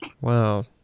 Wow